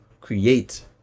create